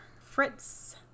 Fritz